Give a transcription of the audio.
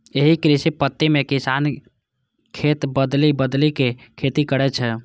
एहि कृषि पद्धति मे किसान खेत बदलि बदलि के खेती करै छै